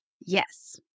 Yes